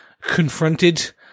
confronted